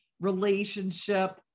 relationship